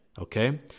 okay